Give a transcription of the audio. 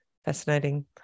Fascinating